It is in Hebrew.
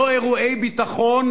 לא אירועי ביטחון,